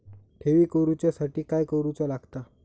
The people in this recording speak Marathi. ठेवी करूच्या साठी काय करूचा लागता?